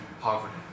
Poverty